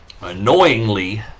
annoyingly